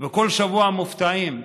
וכל שבוע מופתעים.